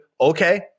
Okay